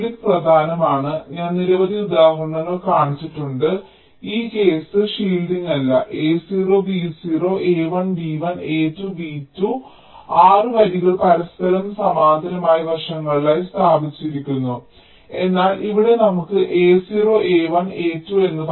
shielding പ്രധാനമാണ് ഞാൻ നിരവധി ഉദാഹരണങ്ങൾ കാണിച്ചിട്ടുണ്ട് ഈ കേസ് ഷീൽഡിംഗ് അല്ല a0 b0 a1 b1 a2 b2 6 വരികൾ പരസ്പരം സമാന്തരമായി വശങ്ങളിലായി സ്ഥാപിച്ചിരിക്കുന്നു എന്നാൽ ഇവിടെ നമുക്ക് a0 a1 a2